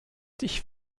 dich